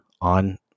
on